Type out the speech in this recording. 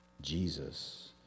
Jesus